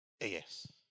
Yes